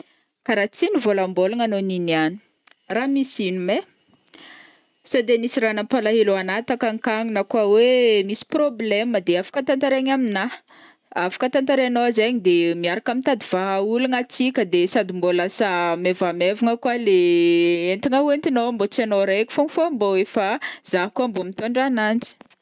Kara tsy nivôlambôlagna anô niniagny ra misy ino mai? Sode nisy ra nampalahelo ana takanikany na koa oe misy problème de afaka tantaraigna amina, afaka tantarainô zegny de miaraka mitady vahaolagna tsika de sady mbô lasa maivamaivagna koa le entana oentinô mbô tsy anô raiky fogna fô mbô efa za koa mbô mitondra ananjy.